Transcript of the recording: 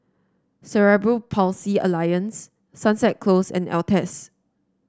Cerebral Palsy Alliance Sunset Close and Altez